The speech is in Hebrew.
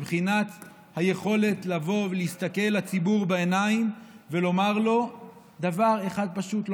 מבחינת היכולת לבוא ולהסתכל לציבור בעיניים ולומר לו דבר אחד פשוט,